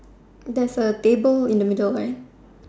there's a table in the middle right